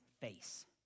face